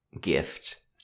gift